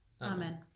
Amen